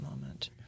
moment